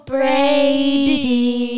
Brady